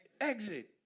Exit